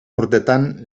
urtetan